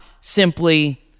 simply